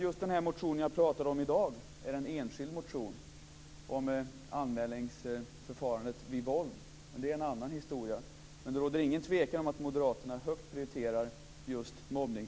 Just den motion jag har pratat om i dag är en enskild motion om anmälningsförfarandet vid våld. Det är en annan historia. Det råder inget tvivel om att moderaterna högt prioriterar frågan om mobbning.